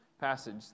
passage